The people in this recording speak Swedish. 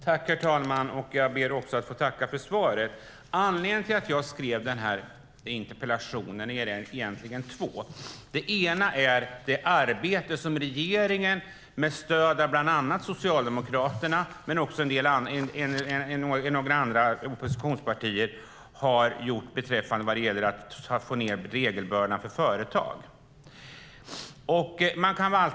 Herr talman! Jag får tacka för svaret. Det finns egentligen två anledningar till att jag skrev interpellationen. En anledning är det arbete som regeringen med stöd av bland annat Socialdemokraterna och några andra oppositionspartier har gjort beträffande att minska regelbördan för företag.